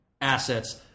assets